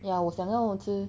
ya 我想要吃